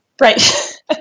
Right